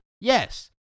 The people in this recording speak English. Yes